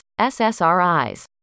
SSRIs